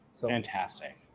Fantastic